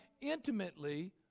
intimately